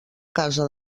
casa